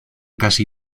casi